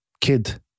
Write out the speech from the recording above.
kid